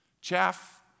Chaff